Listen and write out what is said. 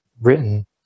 written